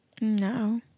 No